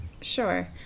sure